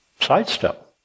sidestep